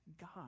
God